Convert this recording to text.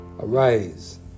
Arise